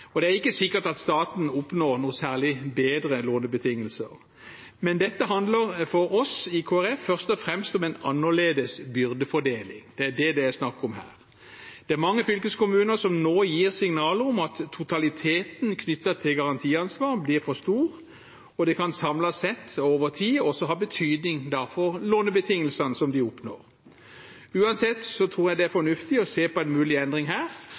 og det er ikke sikkert at staten oppnår noen særlig bedre lånebetingelser. Men dette handler for oss i Kristelig Folkeparti først og fremst om en annerledes byrdefordeling. Det er det det er snakk om her. Det er mange fylkeskommuner som nå gir signaler om at totaliteten knyttet til garantiansvar blir for stor, og det kan samlet sett og over tid også ha betydning for lånebetingelsene som de oppnår. Uansett tror jeg det er fornuftig å se på en mulig endring her,